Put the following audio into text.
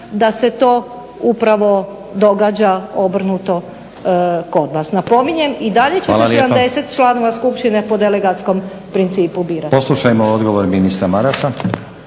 da se to upravo događa obrnuto kod vas. Napominjem i dalje će se 70 članova Skupštine po delegatskom principu birati.